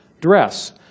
Dress